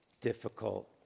difficult